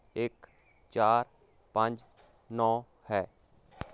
ਇੱਕ ਚਾਰ ਪੰਜ ਨੋ ਹੈ